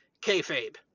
kayfabe